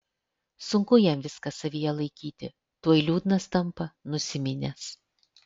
sunku jam viską savyje laikyti tuoj liūdnas tampa nusiminęs